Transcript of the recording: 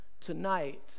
Tonight